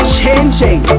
changing